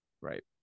right